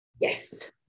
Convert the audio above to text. Yes